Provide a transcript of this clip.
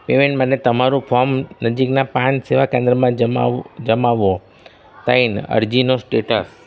payment માટે તમારું form નજીકનાં પાન સેવા કેન્દ્રમાં જમાવો ત્રણ અરજીનો સ્ટેટ્સ